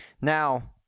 Now